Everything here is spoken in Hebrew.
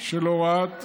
של הוראת השעה.